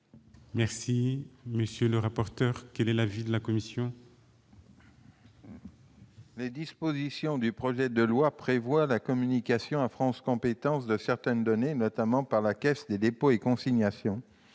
de cet amendement. Quel est l'avis de la commission ? Les dispositions du projet de loi prévoient la communication à France compétences de certaines données, notamment par la Caisse des dépôts et par les